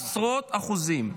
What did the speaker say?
עשרות אחוזים.